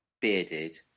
bearded